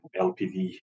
LPV